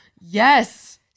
yes